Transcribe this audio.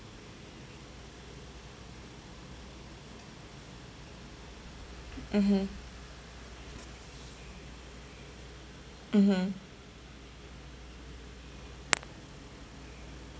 mmhmm mmhmm